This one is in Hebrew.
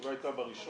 הישיבה הייתה ב-1